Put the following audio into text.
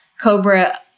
COBRA